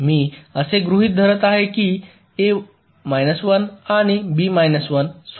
मी असे गृहीत धरत आहे की A 1 आणि B 1 स्वतंत्र रजिस्टरला दिले जात आहेत